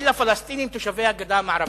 אלא פלסטינים תושבי הגדה המערבית.